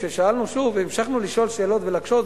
כששאלנו שוב והמשכנו לשאול שאלות ולהקשות,